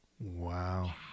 Wow